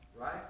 right